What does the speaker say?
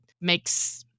makes